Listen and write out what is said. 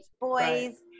boys